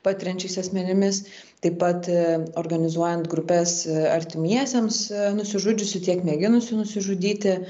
patiriančiais asmenimis taip pat organizuojant grupes artimiesiems nusižudžiusių tiek mėginusių nusižudyti